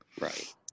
Right